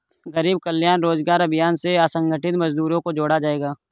गरीब कल्याण रोजगार अभियान से असंगठित मजदूरों को जोड़ा जायेगा